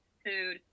food